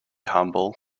humble